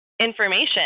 Information